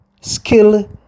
skill